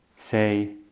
say